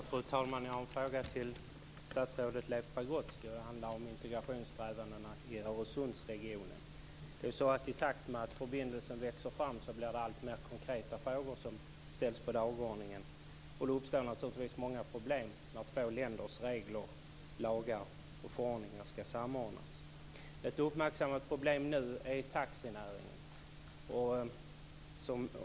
Fru talman! Jag har en fråga till statsrådet Leif Pagrotsky. Den handlar om integrationssträvandena i I takt med att förbindelsen växer fram blir det alltmer konkreta frågor som sätts på dagordningen. Det uppstår naturligtvis många problem när två länders regler, lagar och förordningar skall samordnas. Ett nu uppmärksammat problem är taxinäringen.